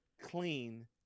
clean